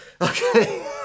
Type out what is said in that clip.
okay